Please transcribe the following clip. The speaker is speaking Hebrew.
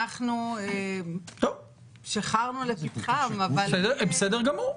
אנחנו שיחרנו לפתחם -- בסדר גמור.